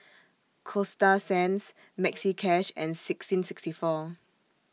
Coasta Sands Maxi Cash and sixteenth sixty four